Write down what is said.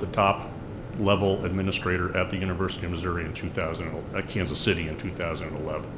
the top level administrator at the university of missouri in two thousand and a kansas city in two thousand and eleven